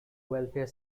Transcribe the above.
welfare